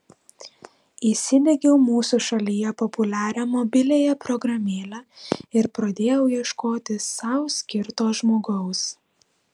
įsidiegiau mūsų šalyje populiarią mobiliąją programėlę ir pradėjau ieškoti sau skirto žmogaus